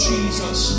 Jesus